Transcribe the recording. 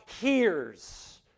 hears